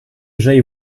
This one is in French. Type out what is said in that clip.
j’aille